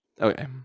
Okay